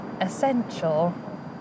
essential